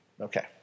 Okay